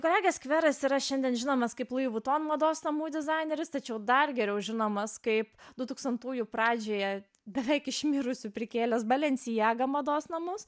kolega skveras yra šiandien žinomas kaip lui vuton mados namų dizaineris tačiau dar geriau žinomas kaip dutūkstantųjų pradžioje beveik išmirusių prikėlęs balencijaga mados namus